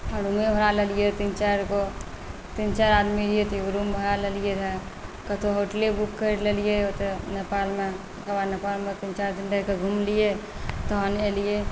रूमे भाड़ा लेलियै तीन चारिगो तीन चारि आदमी रहियै तऽ एगो रूम भाड़ा लेलियै रहए कतहु होटले बुक करि लेलियै ओतय नेपालमे तकर बाद नेपालमे तीन चारि दिन रहि कऽ घुमलियै तहन अएलियै